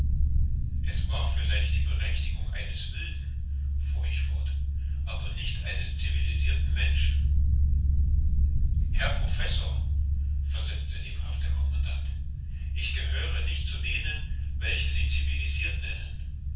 es war vielleicht die berechtigung eines wilden fuhr ich fort aber nicht eines civilisirten menschen herr professor versetzte lebhaft der commandant ich gehöre nicht zu denen welche sie civilisirt nennen